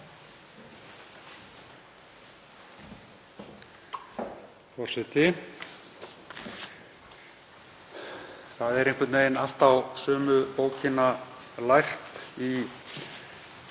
Það er einhvern veginn allt á sömu bókina lært í